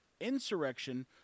insurrection